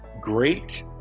great